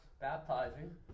Baptizing